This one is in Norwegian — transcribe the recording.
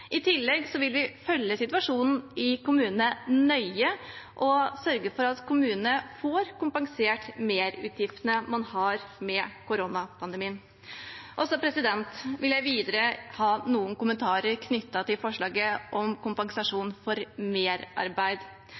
I tillegg vil vi følge situasjonen i kommunene nøye og sørge for at de får kompensert merutgiftene man har med koronapandemien. Videre vil jeg gi noen kommentarer knyttet til forslaget om kompensasjon for merarbeid,